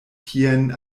tien